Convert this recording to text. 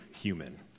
human